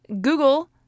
Google